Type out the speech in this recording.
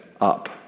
up